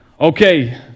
Okay